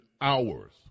hours